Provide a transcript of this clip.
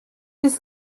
this